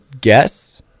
guess